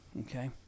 Okay